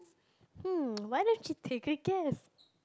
hm why don't you take a guess